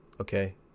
okay